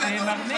למה?